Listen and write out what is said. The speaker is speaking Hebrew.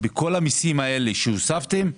בכל המיסים האלה שהוספתם,